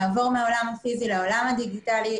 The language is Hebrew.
לעבור מהעולם הפיזי לעולם הדיגיטלי,